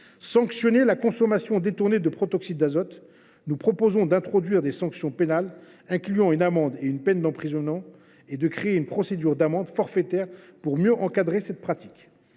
sanctionner la consommation détournée de protoxyde d’azote. Il s’agit d’instaurer des sanctions pénales, incluant une amende et une peine d’emprisonnement, et de créer une procédure d’amende forfaitaire pour mieux encadrer cette pratique.